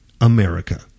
America